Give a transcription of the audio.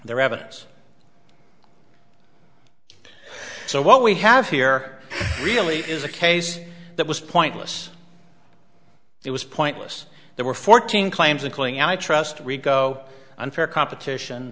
evidence so what we have here really is a case that was pointless it was pointless there were fourteen claims including i trust rico unfair competition